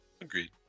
Agreed